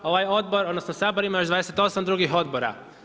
Ovaj odbor, odnosno Sabor ima još 28 drugih odbora.